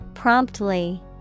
Promptly